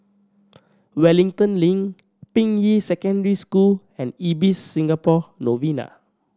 Wellington Link Ping Yi Secondary School and Ibis Singapore Novena